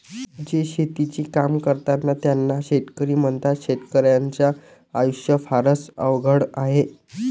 जे शेतीचे काम करतात त्यांना शेतकरी म्हणतात, शेतकर्याच्या आयुष्य फारच अवघड आहे